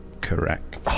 Correct